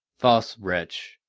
false wretch!